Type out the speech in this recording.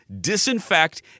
disinfect